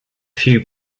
few